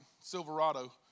Silverado